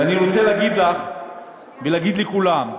נכון, ואני רוצה להגיד לך ולהגיד לכולם: